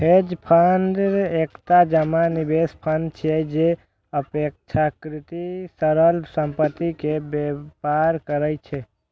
hedge fund एकटा जमा निवेश फंड छियै, जे अपेक्षाकृत तरल संपत्ति मे व्यापार करै छै